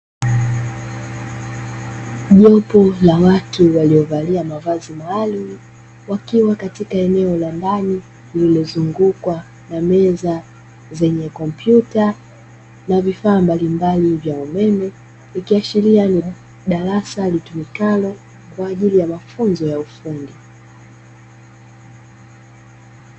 Jopo la watu waliovalia mavazi maalumu, wakiwa katika eneo la ndani lililozungukwa na meza zenye kompyuta na vifaa mbalimbali vya umeme, ikiashiria ni darasa litumikalo kwa ajili ya mafunzo ya ufundi.